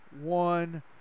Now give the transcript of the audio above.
one